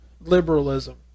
liberalism